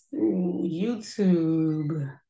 YouTube